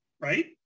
right